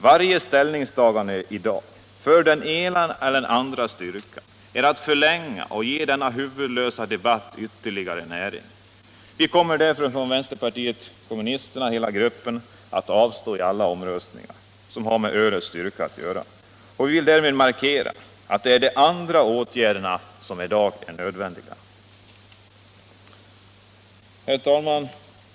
Varje ställningstagande i dag för den ena eller den andra alkoholstyrkan i ölet innebär att man förlänger denna huvudlösa debatt och ger den ytterligare näring. Hela vpk-gruppen kommer därför att avstå vid samtliga omröstningar som har med ölets styrka att göra. Vi vill därmed markera att det är andra åtgärder som i dag är nödvändiga. Herr talman!